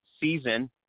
season